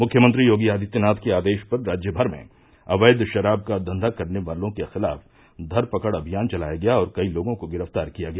मुख्यमंत्री योगी आदित्यनाथ के आदेश पर राज्यभर में अवैध शराब का धंध करने वालों के खिलाफ धरपकड़ अभियान चलाया गया और कई लोगों को गिरफ्तार किया गया